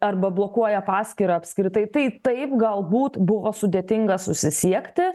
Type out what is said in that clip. arba blokuoja paskyrą apskritai tai taip galbūt buvo sudėtinga susisiekti